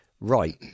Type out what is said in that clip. right